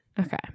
okay